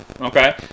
Okay